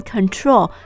Control